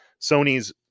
sony's